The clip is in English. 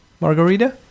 Margarita